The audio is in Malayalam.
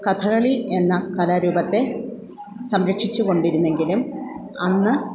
കഥകളി എന്ന കലാരൂപത്തെ സംരക്ഷിച്ചുകൊണ്ടിരുന്നെങ്കിലും അന്ന്